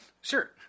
Sure